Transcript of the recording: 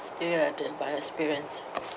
bad experience